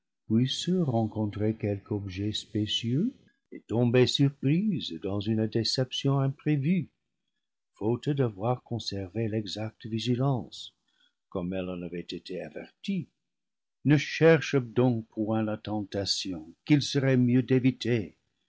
puisse rencontrer quelque objet spécieux et tomber surprise dans une déception imprévue faute d'a voir conservé l'exacte vigilance comme elle en avait été avertie ne cherche donc point la tentation qu'il serait mieux d'éviter